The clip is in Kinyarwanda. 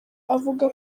avuga